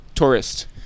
Tourist